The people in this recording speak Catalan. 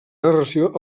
narració